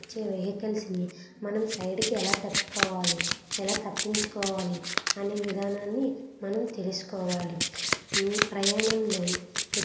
మీ app ప్రకారం అయితే twenty మినిట్స్లో నాకు రీచ్ కావాల కానీ థర్టీ మినిట్స్ అవుతుంది ఇప్పుడు మరి ఆర్డరు మీ వద్ద లేటా లేకుంటే రెస్టారెంట్ దగ్గర ఏమన్నా ప్రాబ్లమా రెస్టారెంట్ వాళ్ళు మీకు చేసిస్తారు